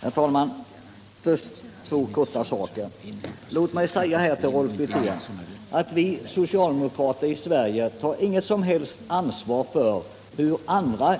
Herr talman! Först två korta saker. Låt mig säga till Rolf Wirtén att vi socialdemokrater i Sverige tar inget som helst ansvar för hur